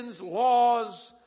laws